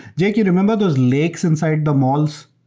jake, you remember those lakes inside the malls?